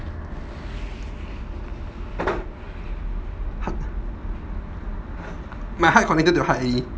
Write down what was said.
part my heart connected to heart already